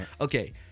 Okay